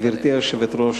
גברתי היושבת-ראש,